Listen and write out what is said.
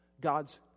God's